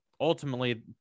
ultimately